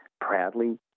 proudly